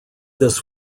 this